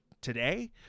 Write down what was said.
today